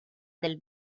del